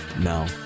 no